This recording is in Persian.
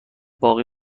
باقی